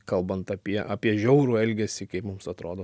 kalbant apie apie žiaurų elgesį kaip mums atrodo